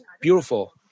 beautiful